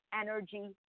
energy